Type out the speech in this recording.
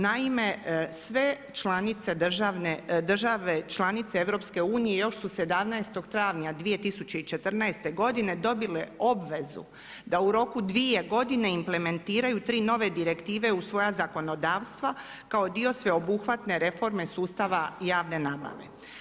Naime, sve članice, države članice EU još su 17. travnja 2014. godine dobile obvezu da u roku dvije godine implementiraju tri nove direktive u svoja zakonodavstva kao dio sveobuhvatne reforme sustava javne nabave.